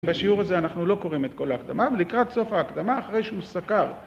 בשיעור הזה אנחנו לא קוראים את כל ההקדמה, ולקראת סוף ההקדמה אחרי שהוא סקר